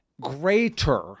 greater